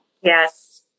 Yes